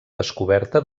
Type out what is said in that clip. descoberta